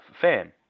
fan